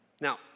Now